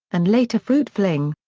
and later fruit fling.